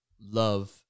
love